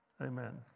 Amen